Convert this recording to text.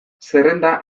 zerrenda